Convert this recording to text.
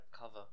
cover